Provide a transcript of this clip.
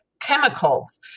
Chemicals